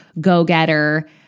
go-getter